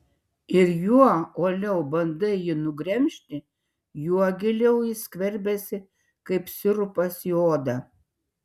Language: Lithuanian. ir juo uoliau bandai jį nugremžti juo giliau jis skverbiasi kaip sirupas į odą